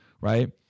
Right